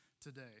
today